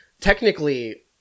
technically